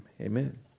Amen